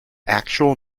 actual